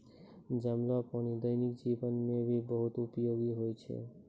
जमलो पानी दैनिक जीवन मे भी बहुत उपयोगि होय छै